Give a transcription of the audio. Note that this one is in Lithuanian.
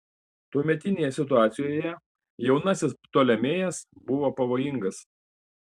tuometinėje situacijoje jaunasis ptolemėjas buvo pavojingas